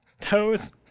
Toes